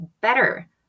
better